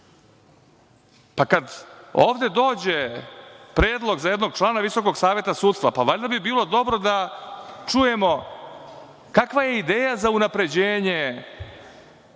Pa, kada ovde dođe predlog za jednog člana Visokog saveta sudstva, valjda bi bilo dobro da čujemo kakva je ideja za unapređenje